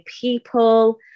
people